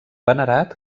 venerat